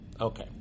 Okay